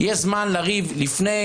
יש זמן להתווכח לפני